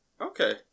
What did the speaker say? Okay